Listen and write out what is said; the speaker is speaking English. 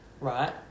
right